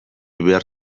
behar